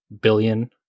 billion